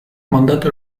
мандаты